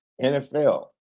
NFL